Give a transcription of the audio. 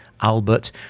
Albert